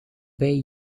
bij